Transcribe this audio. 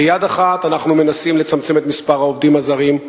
ביד אחת אנחנו מנסים לצמצם את מספר העובדים הזרים,